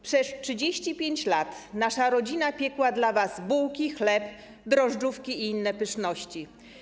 Przez 35 lat nasza rodzina piekła dla was bułki, chleb, drożdżówki i inne pyszności.